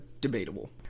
debatable